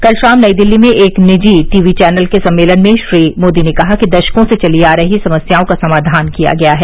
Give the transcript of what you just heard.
कल शाम नई दिल्ली में एक निजी टीवी चैनल के सम्मेलन में श्री मोदी ने कहा कि दशकों से चली आ रही समस्याओं का समाधान किया गया है